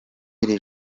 iri